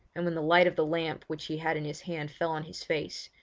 and when the light of the lamp which he had in his hand fell on his face,